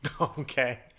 Okay